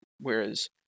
Whereas